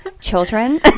children